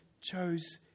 chose